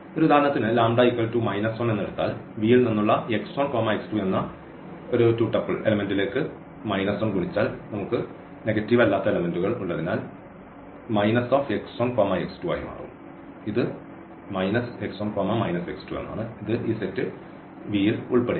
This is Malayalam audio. ഒരു ഉദാഹരണത്തിന് 1 എടുത്താൽ V ൽ നിന്നുള്ള എന്ന എലമെന്റ് ലേക്ക് 1 ഗുണിച്ചാൽ നെഗറ്റീവ് അല്ലാത്ത എലെമെന്റുകൾ ഉള്ളതിനാൽ ചിഹ്നവുമായി ഗുണിച്ചാൽ അത് ആയി മാറും ഇത് ഈ സെറ്റ് V യിൽ ഉൾപ്പെടില്ല